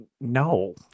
No